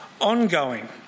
ongoing